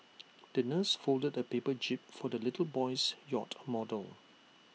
the nurse folded A paper jib for the little boy's yacht model